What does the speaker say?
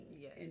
yes